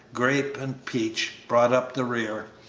grape, and peach brought up the rear.